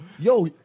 Yo